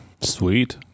Sweet